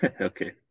okay